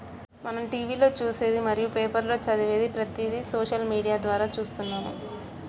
మనం టీవీలో చూసేది మరియు పేపర్లో చదివేది ప్రతిదీ సోషల్ మీడియా ద్వారా చూస్తున్నాము